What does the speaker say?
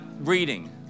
reading